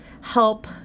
help